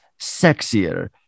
sexier